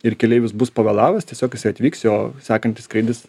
ir keleivis bus pavėlavęs tiesiog jisai atvyks jo sekantis skrydis